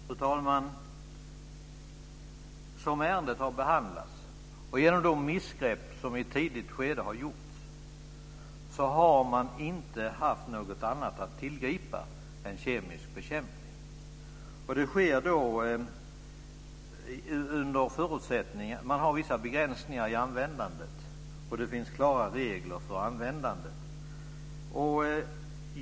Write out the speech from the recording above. Fru talman! Så som ärendet har behandlats och genom de missgrepp som har gjorts i ett tidigare skede har man inte haft något annat att tillgripa än kemisk bekämpning. Det finns vissa begränsningar i användandet, och det finns klara regler för användandet.